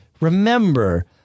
remember